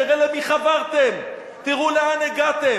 תראה למי חברתם, תראו לאן הגעתם.